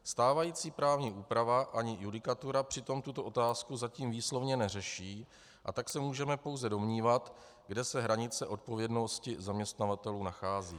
Stávající právní úprava ani judikatura přitom tuto otázku zatím výslovně neřeší, a tak se můžeme pouze domnívat, kde se hranice odpovědnosti zaměstnavatelů nachází.